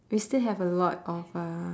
we still have a lot of uh